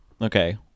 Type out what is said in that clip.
Okay